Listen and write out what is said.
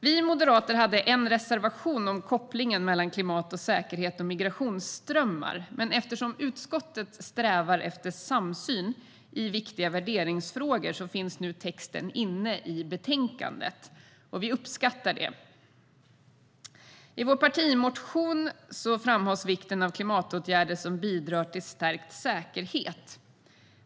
Vi moderater hade en reservation om kopplingen mellan klimat och säkerhet och migrationsströmmar. Men eftersom utskottet strävar efter samsyn i viktiga värderingsfrågor finns texten nu inne i betänkandet. Vi uppskattar det. I vår partimotion framhålls vikten av klimatåtgärder som bidrar till stärkt säkerhet.